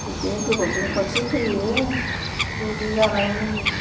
बिदिनो गोबावजों खनसे फैयो ज' ज' जालायनो लुबैयो